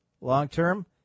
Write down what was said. Long-term